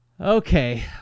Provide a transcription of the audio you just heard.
Okay